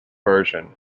version